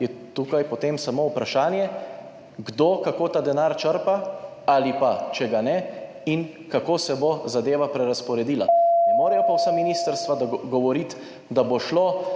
je tukaj potem samo vprašanje, kdo in kako ta denar črpa, ali pa če ga ne, in kako se bo zadeva prerazporedila. Ne morejo pa vsa ministrstva govoriti, da bo šlo